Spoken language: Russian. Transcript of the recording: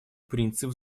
принцип